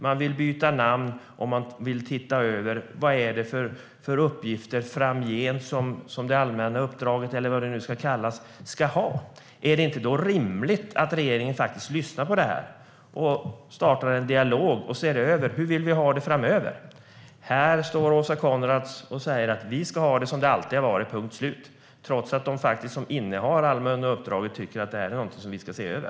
Man vill byta namn och titta över vad det är för uppgifter som det allmänna uppdraget, eller vad det nu ska kallas, framdeles ska innehålla. Är det då inte rimligt att regeringen lyssnar på det här, startar en dialog och ser över hur vi vill ha det framöver? Här står Åsa Coenraads och säger att vi ska ha det som det alltid har varit, punkt slut - trots att de som innehar det allmänna uppdraget tycker att det här är någonting som vi ska se över.